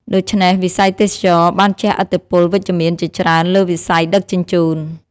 ដូច្នេះ វិស័យទេសចរណ៍បានជះឥទ្ធិពលវិជ្ជមានជាច្រើនលើវិស័យដឹកជញ្ជូន។